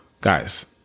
guys